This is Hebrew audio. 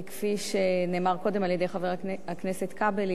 כפי שנאמר קודם על-ידי חבר הכנסת כבל,